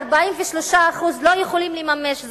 כש-43% לא יכולים לממש זאת,